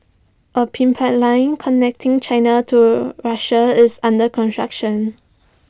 A connecting China to Russia is under construction